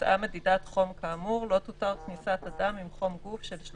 (ג)ההוראות לפי סעיף זה לא יחולו לעניין מוסדות